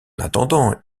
attendant